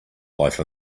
life